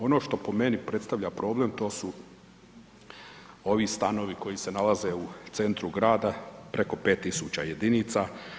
Ono što po meni predstavlja problem, to su ovi stanovi koji se nalaze u centru grada, preko 5.000 jedinica.